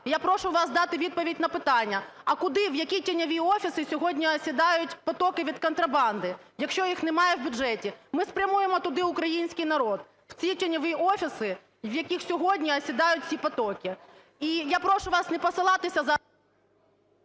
я прошу вас дати відповідь на питання: а куди, в які тіньові офіси сьогодні осідають потоки від контрабанди, якщо їх немає в бюджеті? Ми спрямуємо туди український народ, в ці тіньові офіси, в яких сьогодні осідають ці потоки. І я прошу вас не посилатися...